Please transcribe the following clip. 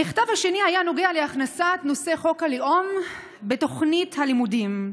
המכתב השני היה נוגע להכנסת נושא חוק הלאום לתוכנית הלימודים.